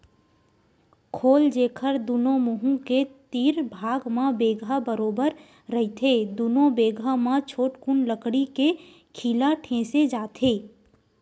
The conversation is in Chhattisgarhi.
खोल, जेखर दूनो मुहूँ के तीर भाग म बेंधा बरोबर रहिथे दूनो बेधा म छोटकुन लकड़ी के खीला ठेंसे जाथे